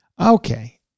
Okay